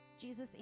Jesus